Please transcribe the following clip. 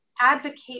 advocate